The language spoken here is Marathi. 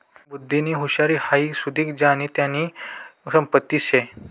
बुध्दीनी हुशारी हाई सुदीक ज्यानी त्यानी संपत्तीच शे